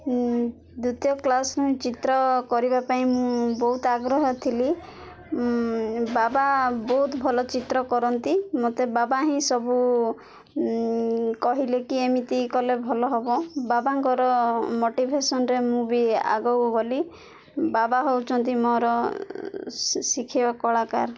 ଦ୍ୱିତୀୟ କ୍ଲାସରୁ ଚିତ୍ର କରିବା ପାଇଁ ମୁଁ ବହୁତ ଆଗ୍ରହ ଥିଲି ବାବା ବହୁତ ଭଲ ଚିତ୍ର କରନ୍ତି ମତେ ବାବା ହିଁ ସବୁ କହିଲେ କି ଏମିତି କଲେ ଭଲ ହବ ବାବାଙ୍କର ମୋଟିଭେସନରେ ମୁଁ ବି ଆଗକୁ ଗଲି ବାବା ହଉଛନ୍ତି ମୋର ଶିଖିବା କଳାକାର